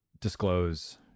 disclose